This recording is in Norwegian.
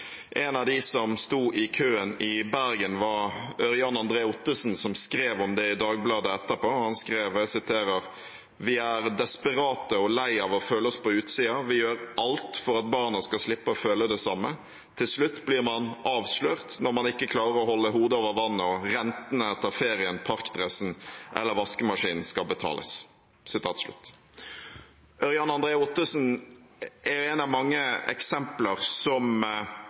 En av dem som sto i køen i Bergen, var Ørjan André Ottesen, som skrev om det i Dagbladet etterpå. Han skrev: «Vi er desperate og lei av å føle oss på utsida. Vi gjør ALT for at barna skal slippe å føle det samme. Til slutt blir man avslørt når man ikke klarer å holde hodet over vannet, og rentene etter ferien, parkdressen eller vaskemaskinen skal betales.» Ørjan André Ottesen er en av mange eksempler som